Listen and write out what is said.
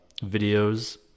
videos